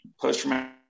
post-traumatic